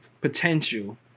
potential